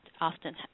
often